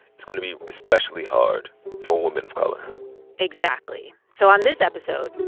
it's going to be especially hard for women of color exactly. so on this episode,